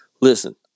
Listen